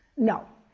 no.